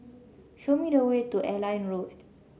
show me the way to Airline Road